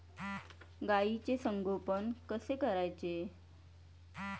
गाईचे संगोपन कसे करायचे?